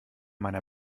meiner